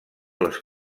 les